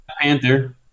Panther